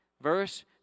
Verse